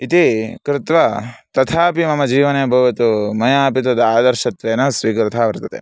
इति कृत्वा तथापि मम जीवने भवतु मयापि तद् आदर्शत्वेन स्वीकृतं वर्तते